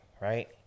right